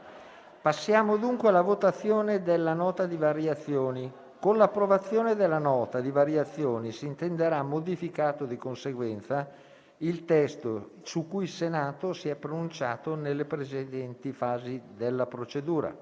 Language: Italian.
Passiamo dunque alla votazione della Nota di variazioni. Con l'approvazione della Nota di variazioni si intenderà modificato di conseguenza il testo su cui il Senato si è pronunciato nelle precedenti fasi della procedura,